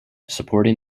supporting